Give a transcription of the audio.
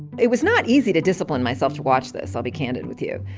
it was not easy to discipline myself to watch this, i'll be candid with you,